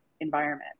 environment